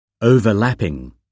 Overlapping